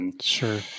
Sure